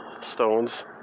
stones